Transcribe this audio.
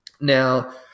now